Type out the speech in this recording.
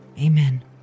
amen